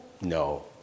No